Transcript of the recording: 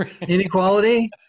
inequality